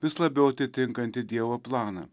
vis labiau atitinkantį dievo planą